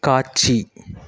காட்சி